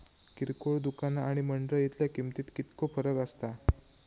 किरकोळ दुकाना आणि मंडळीतल्या किमतीत कितको फरक असता?